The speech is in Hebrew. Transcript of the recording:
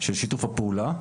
של שיתוף הפעולה,